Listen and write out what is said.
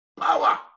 power